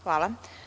Hvala.